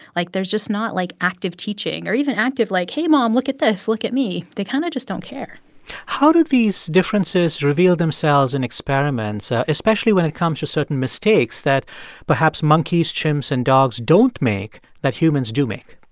like, there's just not, like, active teaching or even active, like, hey, mom, look at this look at me. they kind of just don't care how do these differences reveal themselves in experiments, especially when it comes to certain mistakes that perhaps monkeys, chimps and dogs don't make that humans do make?